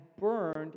burned